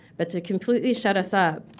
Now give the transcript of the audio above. but to completely shut us up,